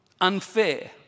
Unfair